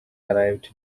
arrived